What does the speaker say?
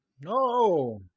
No